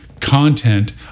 content